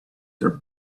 their